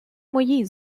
моїй